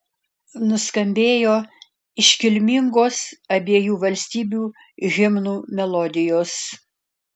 nuskambėjo iškilmingos abiejų valstybių himnų melodijos